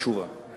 תשובה,